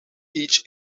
each